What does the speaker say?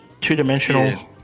Two-dimensional